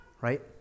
Right